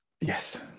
Yes